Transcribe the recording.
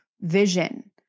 vision